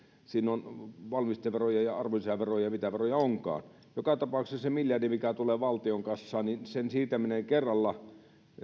siinä on valmisteveroja ja arvonlisäveroja mitä veroja onkaan joka tapauksessa sen miljardin mikä tulee valtion kassaan siirtäminen kerralla